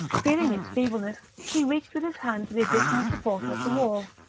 feeling its feebleness, he reached with his hand for the additional support of the wall.